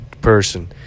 person